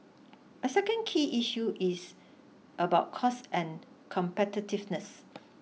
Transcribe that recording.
a second key issue is about costs and competitiveness